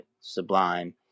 Sublime